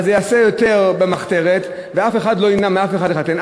זה ייעשה במחתרת, ואף אחד לא ימנע מאף אחד לחתן.